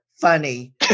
funny